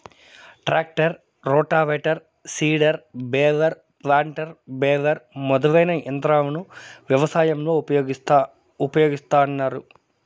tractor, rotavator, seeder, baler, planter, baler మొదలైన యంత్రాలను వ్యవసాయంలో ఉపయోగిస్తాన్నారు